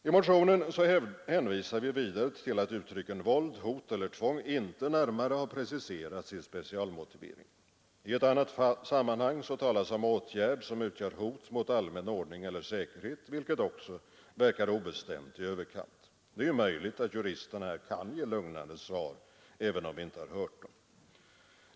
I motionen hänvisar vi vidare till att uttrycken våld, hot eller tvång inte närmare har preciserats i specialmotiveringen. I annat sammanhang talas om åtgärder som utgör hot mot allmän ordning eller säkerhet, vilket också verkar obestämt i överkant. Det är möjligt att juristerna här kan ge lugnande svar, även om vi inte har hört dem.